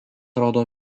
rodo